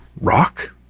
rock